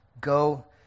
Go